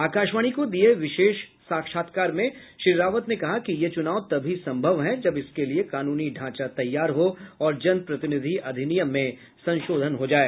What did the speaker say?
आकाशवाणी को दिये विशेष साक्षात्कार में श्री रावत ने कहा कि ये चुनाव तभी संभव हैं जब इसके लिए कानूनी ढांचा तैयार हो और जनप्रतिनिधि अधिनियम में संशोधन हो जाए